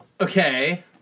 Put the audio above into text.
Okay